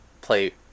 play